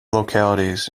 localities